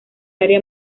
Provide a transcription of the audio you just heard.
área